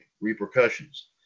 repercussions